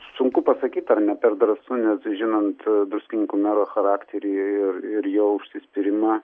sunku pasakyti ar ne per drąsu nes žinant druskininkų mero charakterį ir ir jo užsispyrimą